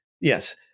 Yes